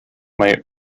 may